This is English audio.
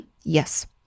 Yes